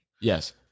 Yes